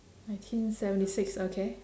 nineteen seventy six okay